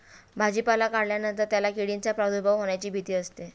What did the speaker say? भाजीपाला काढल्यानंतर त्याला किडींचा प्रादुर्भाव होण्याची भीती असते